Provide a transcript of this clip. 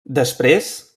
després